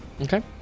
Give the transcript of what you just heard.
Okay